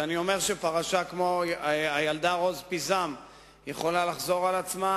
כשאני אומר שפרשה כמו של הילדה רוז פיזם יכולה לחזור על עצמה,